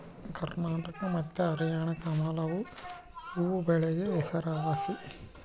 ಕರ್ನಾಟಕ ಮತ್ತೆ ಹರ್ಯಾಣ ಕಮಲದು ಹೂವ್ವಬೆಳೆಕ ಹೆಸರುವಾಸಿ